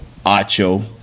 Acho